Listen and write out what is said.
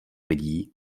lidí